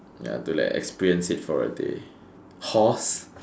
ya to like exchange seats for a day horse